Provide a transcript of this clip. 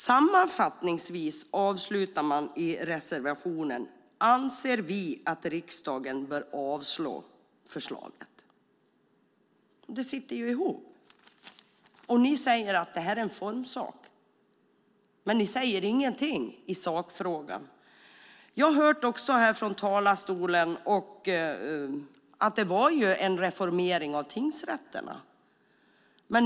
"Sammanfattningsvis", avslutar man i reservationen, "anser vi att riksdagen bör avslå förslaget". Det sitter ju ihop. Ni säger att detta är en formsak, men ni säger ingenting i sakfrågan. Jag har också hört från talarstolen att det var en reformering av tingsrätterna.